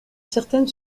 certaine